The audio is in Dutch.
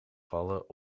vallen